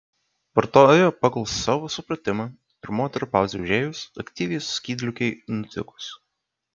vartojo pagal savo supratimą ir moterų pauzei užėjus aktyviai skydliaukei nutikus